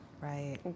Right